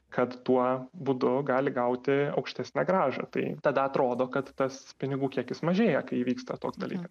kad tuo būdu gali gauti aukštesnę grąžą tai tada atrodo kad tas pinigų kiekis mažėja kai įvyksta toks dalykas